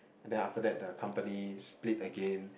and then after that the company split again